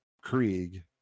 Krieg